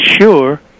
sure